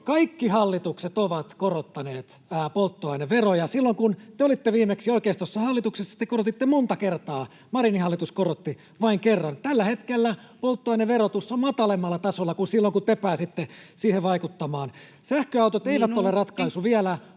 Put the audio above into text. Kaikki hallitukset ovat korottaneet polttoaineveroja. Silloin kun te oikeistossa olitte viimeksi hallituksessa, te korotitte monta kertaa; Marinin hallitus korotti vain kerran. Tällä hetkellä polttoaineverotus on matalammalla tasolla kuin silloin, kun te pääsitte siihen vaikuttamaan. Sähköautot eivät ole ratkaisu